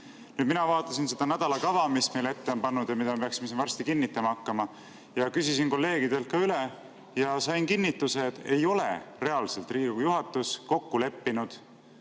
Nüüd, mina vaatasin seda nädalakava, mis meile ette on pandud ja mida me peaksime siin varsti kinnitama hakkama, küsisin kolleegidelt üle ja sain kinnituse, et ei ole reaalselt Riigikogu juhatus kokku leppinud